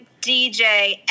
DJ